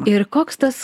ir koks tas